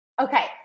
Okay